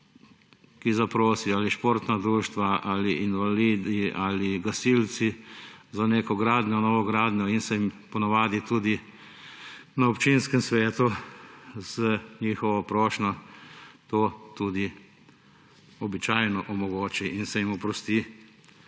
ki zaprosijo, ali športna društva, ali invalide, ali gasilce za neko gradnjo, novogradnjo in se jim po navadi tudi na občinskem svetu z njihovo prošnjo to tudi običajno omogoči in se jim oprosti